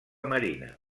marina